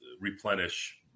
replenish